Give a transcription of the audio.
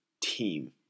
team